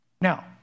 now